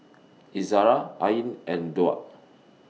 Izara Ain and Daud